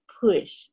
push